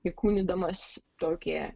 įkūnydamas tokį